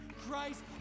Christ